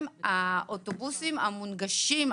האוטובוסים המונגשים,